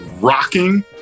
rocking